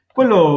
Quello